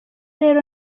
rero